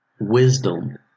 Wisdom